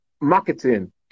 marketing